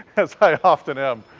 as i often am.